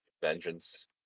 Vengeance